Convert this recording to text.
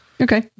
Okay